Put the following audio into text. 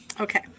okay